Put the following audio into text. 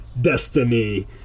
destiny